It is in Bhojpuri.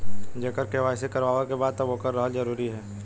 जेकर के.वाइ.सी करवाएं के बा तब ओकर रहल जरूरी हे?